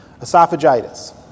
esophagitis